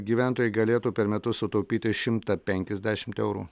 gyventojai galėtų per metus sutaupyti šimtą penkiasdešimt eurų